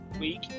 week